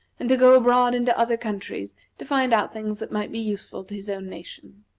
and to go abroad into other countries to find out things that might be useful to his own nation.